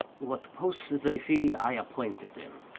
what posts they fill, i appointed them,